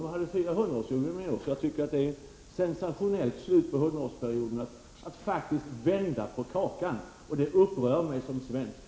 Man har firat 100-årsjubileum i år, så det är ett sensationellt slut på 100-årsperioden att faktiskt vända på kakan. Det upprör mig som svensk!